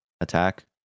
attack